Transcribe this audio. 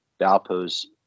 Valpo's